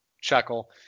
chuckle